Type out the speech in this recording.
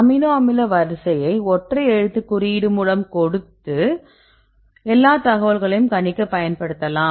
amino அமில வரிசையை ஒற்றை எழுத்து குறியீடு மூலம் கொடுத்து எல்லா தகவல்களையும் கணிக்க பயன்படுத்தலாம்